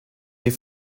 les